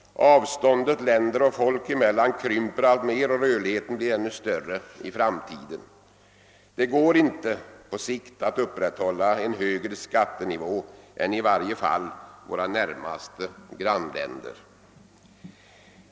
Avståndet länder och folk emellan krymper alltmer, och rörligheten blir i framtiden ännu större. Det går inte på sikt att upprätthålla en högre skattenivå än den som i varje fall våra närmaste grannländer har.